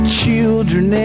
children